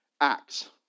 acts